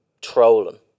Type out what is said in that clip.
trolling